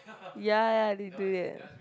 ya ya ya they do it